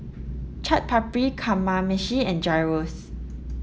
Chaat Papri Kamameshi and Gyros